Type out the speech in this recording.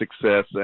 success